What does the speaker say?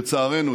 לצערנו,